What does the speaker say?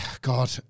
God